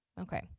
Okay